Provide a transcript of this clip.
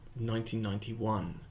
1991